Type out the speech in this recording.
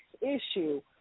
issue